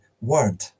word